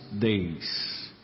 days